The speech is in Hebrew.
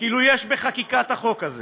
כאילו יש בחקיקת החוק הזה